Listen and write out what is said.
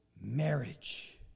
marriage